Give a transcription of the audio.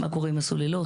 מה קורה עם הסוללות?